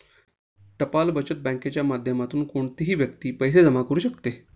टपाल बचत बँकेच्या माध्यमातून कोणतीही व्यक्ती पैसे जमा करू शकते